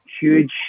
huge